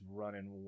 running